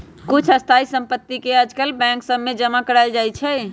कुछ स्थाइ सम्पति के याजकाल बैंक सभ में जमा करायल जाइ छइ